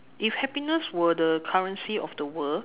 if happiness were the currency of the world